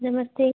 नमस्ते